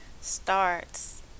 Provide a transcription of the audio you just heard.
starts